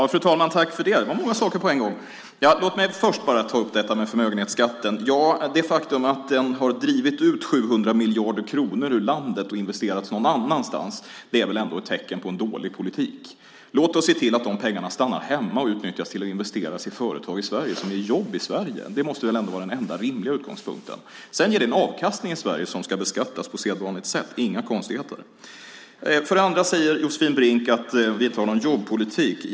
Fru talman! Det var många saker på en gång. Låt mig för det första ta upp detta med förmögenhetsskatten. Det faktum att den har drivit ut 700 miljarder kronor ur landet och investerats någon annanstans är väl ändå ett tecken på en dålig politik. Låt oss se till att de pengarna stannar hemma och utnyttjas till att investeras i företag i Sverige, som ger jobb i Sverige! Det måste väl vara den enda rimliga utgångspunkten. Sedan ger de en avkastning i Sverige som ska beskattas på sedvanligt sätt. Det är inga konstigheter. För det andra säger Josefin Brink att vi inte har någon jobbpolitik.